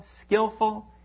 skillful